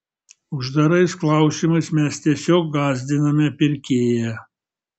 uždarais klausimais mes tiesiog gąsdiname pirkėją